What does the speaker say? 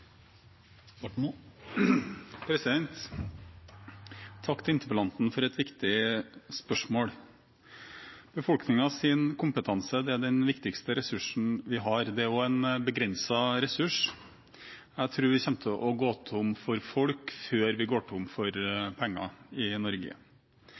den viktigste ressursen vi har. Det er også en begrenset ressurs. Jeg tror vi kommer til å gå tom for folk før Norge går tom